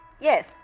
Yes